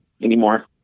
anymore